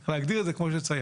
צריך להגדיר את זה כמו שצריך,